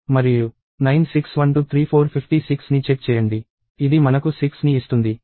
ఇప్పటివరకు ఇది సరైనదనిపిస్తోంది